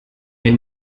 mir